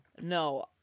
No